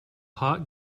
hot